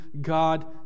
God